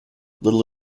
little